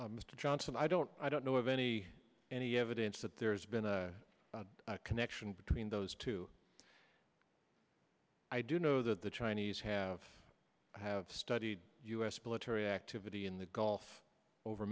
mr johnson i don't i don't know of any any evidence that there's been a connection between those two i do know that the chinese have have studied u s military activity in the gulf over